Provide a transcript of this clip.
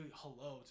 hello